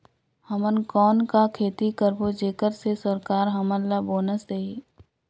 हमन कौन का खेती करबो जेकर से सरकार हमन ला बोनस देही?